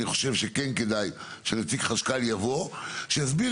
אני חושב שכן כדאי שנציג חשכ"ל יבוא ויסביר